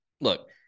look